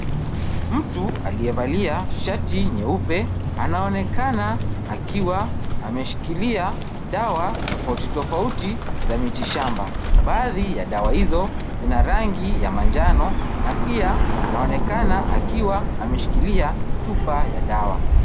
Mtu aliyevalia shati nyeupe, anaonekana akiwa ameshikilia dawa tofauti tofauti za mitishamba. Baadhi ya dawa hizo zina rangi ya manjano na pia anaonekana akiwa ameshikilia chupa ya dawa.